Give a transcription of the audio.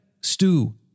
stew